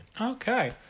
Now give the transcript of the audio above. Okay